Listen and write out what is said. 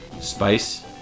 Spice